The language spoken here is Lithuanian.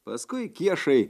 paskui kiešai